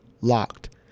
locked